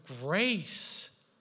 grace